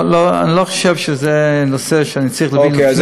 אני לא חושב שזה נושא שאני צריך לפני,